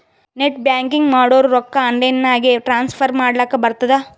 net banking ಮಾಡುರ್ ರೊಕ್ಕಾ online ನಾಗೆ ಟ್ರಾನ್ಸ್ಫರ್ ಮಾಡ್ಲಕ್ ಬರ್ತುದ್